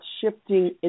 shifting